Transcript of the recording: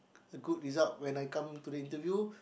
good result when I come to interview